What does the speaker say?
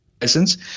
license